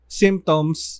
symptoms